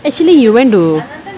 actually you went to